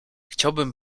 chciałbym